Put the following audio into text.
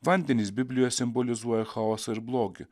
vandenys biblijoj simbolizuoja chaosą ir blogį